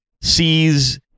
sees